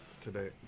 today